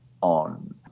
on